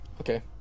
Okay